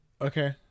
Okay